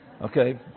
Okay